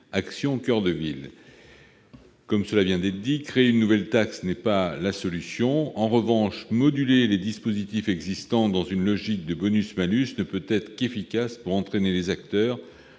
Action coeur de ville ». Cela vient d'être dit, créer une nouvelle taxe n'est pas la solution. En revanche, moduler les dispositifs existants, dans une logique de bonus-malus, ne peut être qu'efficace pour entraîner les acteurs